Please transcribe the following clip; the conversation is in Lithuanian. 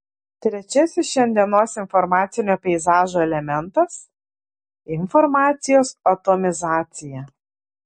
trečiasis šiandienos informacinio peizažo elementas informacijos atomizacija